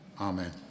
Amen